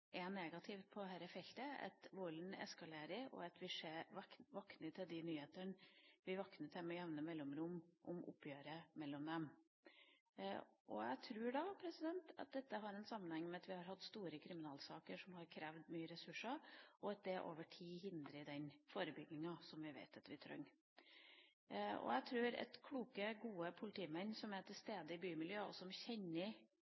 negativ på dette feltet, volden eskalerer, og vi våkner med jevne mellomrom opp til nyheter om oppgjør mellom gjengene. Jeg tror at dette har en sammenheng med at vi har hatt store kriminalsaker som har krevd store ressurser, og at det over tid har hindret forebygginga som vi vet at vi trenger. Jeg tror at kloke, gode politimenn som er til